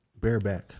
bareback